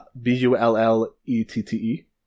B-U-L-L-E-T-T-E